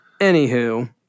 Anywho